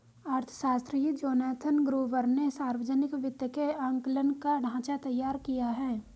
अर्थशास्त्री Jonathan Gruber ने सावर्जनिक वित्त के आंकलन का ढाँचा तैयार किया है